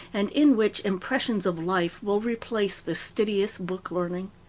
and in which impressions of life will replace fastidious book-learning.